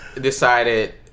decided